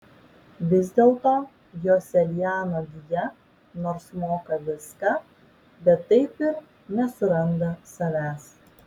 vis dėlto joselianio gija nors moka viską bet taip ir nesuranda savęs